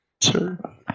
sir